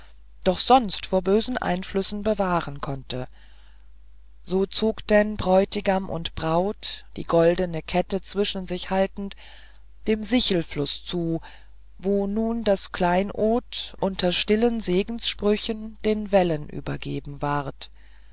doch sonst vor bösen einflüssen bewahren konnte so zog denn bräutigam und braut die goldene kette zwischen sich haltend dem sichelflusse zu wo nun das kleinod unter stillen segenssprüchen den wellen übergeben ward